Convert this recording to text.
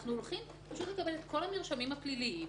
אנחנו הולכים לקבל את כל המרשמים הפליליים.